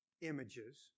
images